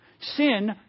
Sin